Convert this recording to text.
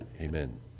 Amen